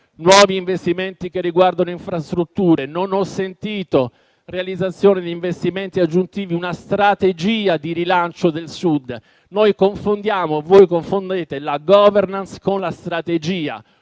nuovi investimenti che riguardano infrastrutture. Non ho sentito parlare di realizzazione di investimenti aggiuntivi, di una strategia di rilancio del Sud. Voi confondete la *governance* con la strategia,